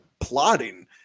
plotting